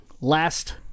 Last